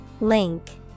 Link